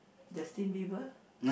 Justin-Bieber